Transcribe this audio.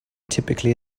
typically